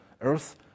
Earth